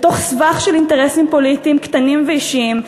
בתוך סבך של אינטרסים פוליטיים קטנים ואישיים,